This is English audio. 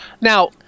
Now